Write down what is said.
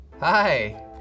Hi